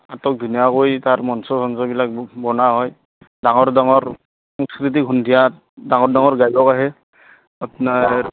আটকধুনীয়াকৈ তাৰ মঞ্চ চঞ্চবিলাক ব বনোৱা হয় ডাঙৰ ডাঙৰ সাংস্কৃিতক সন্ধিয়াত ডাঙৰ ডাঙৰ গায়ক আহে আপোনাৰ